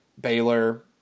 Baylor